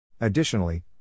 Additionally